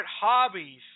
hobbies